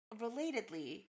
relatedly